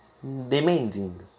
demanding